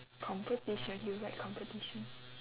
competition you write competition